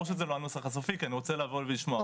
ברור שזה לא הנוסח הסופי כי אני רוצה לבוא ולשמוע.